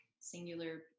singular